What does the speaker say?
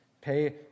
Pay